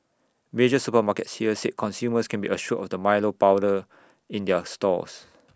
major supermarkets here said consumers can be assured of the milo powder in their stores